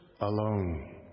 alone